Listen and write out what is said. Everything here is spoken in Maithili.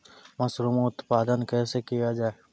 मसरूम उत्पादन कैसे किया जाय?